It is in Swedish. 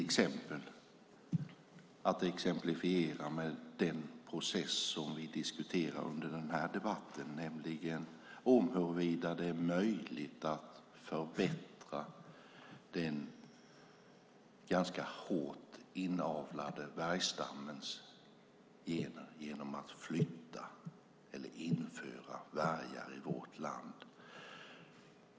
Det gäller till exempel den process som vi diskuterar under denna debatt och som handlar om huruvida det är möjligt att förbättra den ganska hårt inavlade vargstammens gener genom att flytta eller införa vargar till vårt land.